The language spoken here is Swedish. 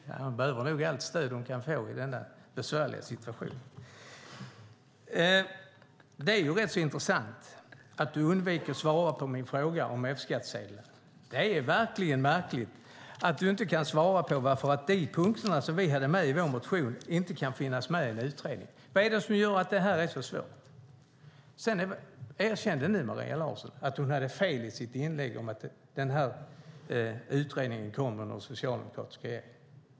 Fru talman! Ja, Maria Abrahamsson behöver allt stöd hon kan få i denna besvärliga situation. Det är intressant att Maria Abrahamsson undviker att svara på min fråga om F-skattsedeln. Det är märkligt att hon inte kan svara på varför de punkter som vi hade med i vår motion inte kan finnas med i en utredning. Varför är det så svårt? Maria Abrahamsson erkände att hon hade fel i sitt påstående att utredningen kom under den socialdemokratiska regeringen.